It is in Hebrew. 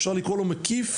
אפשר לקרוא לו מקיף,